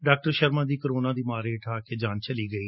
doctor Sharma ਦੀ corona ਦੀ ਮਾਰ ਹੇਠ ਆ ਕੇ ਜਾਨ ਚਲੀ ਗਈ